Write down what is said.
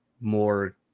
more